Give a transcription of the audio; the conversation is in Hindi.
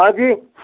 हाँ जी